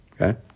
Okay